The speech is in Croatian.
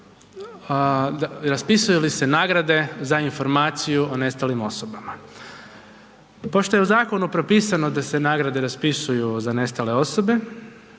raspisuju li se nagrade za informaciju o nestalim osobama. Pošto je u zakonu propisano da se nagrade raspisuju za nestale osobe,